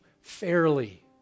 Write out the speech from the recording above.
fairly